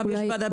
יש ועדת חקירה,